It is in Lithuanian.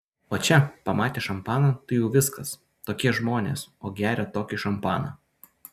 o čia pamatė šampaną tai jau viskas tokie žmonės o gerią tokį šampaną